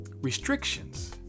restrictions